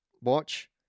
watch